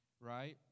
right